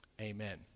amen